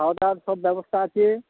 খাওয়া দাওয়ার সব ব্যবস্থা আছে